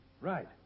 Right